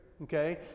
Okay